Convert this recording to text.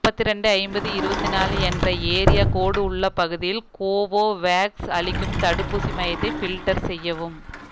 முப்பத்திரெண்டு ஐம்பது இருவத்திநாலு என்ற ஏரியா கோடு உள்ள பகுதியில் கோவோவேக்ஸ் அளிக்கும் தடுப்பூசி மையத்தை ஃபில்டர் செய்யவும்